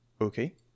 Okay